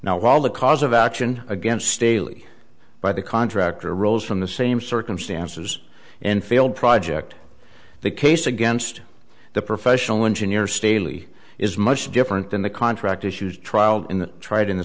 while the cause of action against staley by the contractor rose from the same circumstances and failed project the case against the professional engineer staley is much different than the contract issues trial in the tried in the